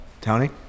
Tony